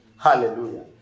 hallelujah